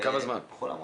בחול המועד.